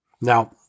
Now